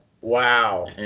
Wow